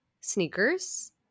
sneakers